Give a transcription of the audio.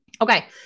Okay